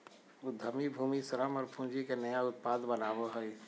उद्यमी भूमि, श्रम और पूँजी के नया उत्पाद बनावो हइ